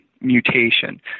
mutation